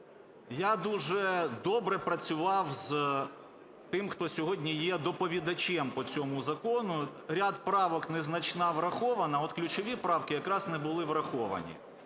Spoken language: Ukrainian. Я дуже добре працював з тим, хто сьогодні є доповідачем по цьому закону. Ряд правок незначний врахований, от ключові правки якраз не були враховані.